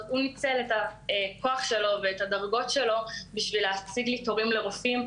הוא ניצל את הכוח שלו ואת הדרגות שלו כדי להשיג לי תורים לרופאים,